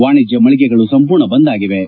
ವಾಣಿಜ್ಞ ಮಳೆಗೆಗಳು ಸಂಪೂರ್ಣ ಬಂದ್ ಆಗಿವೆ